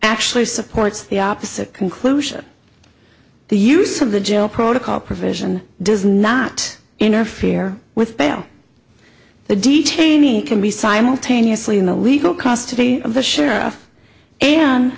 actually supports the opposite conclusion the use of the jail protocol provision does not interfere with bail the detainee can be simultaneously in the legal custody of the sheriff and